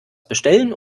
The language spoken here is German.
bestellen